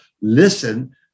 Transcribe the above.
listen